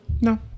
No